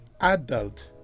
adult